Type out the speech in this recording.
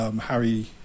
Harry